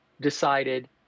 decided